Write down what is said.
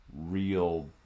real